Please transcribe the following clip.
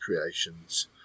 creations